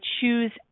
choose